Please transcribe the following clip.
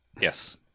Yes